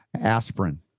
Aspirin